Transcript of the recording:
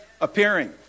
appearing